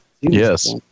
Yes